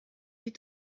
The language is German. die